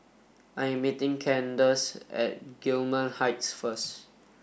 I am meeting Candyce at Gillman Heights first